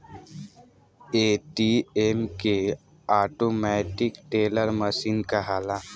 ATM के automatic teller machine कहाला